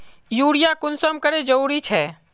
Urea कुंसम करे जरूरी छै?